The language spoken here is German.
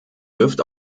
wirft